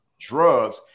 drugs